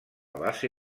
base